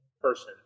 person